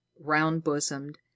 round-bosomed